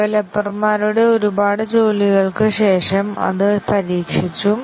ഡവലപ്പർമാരുടെ ഒരുപാട് ജോലികൾക്ക് ശേഷം അത് പരീക്ഷിച്ചു